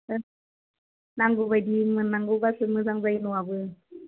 नांगौबायदि मोननांगौब्लासो मोजां जायो न'आबो